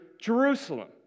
Jerusalem